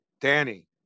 Danny